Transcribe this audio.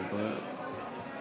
הדיון עוד לא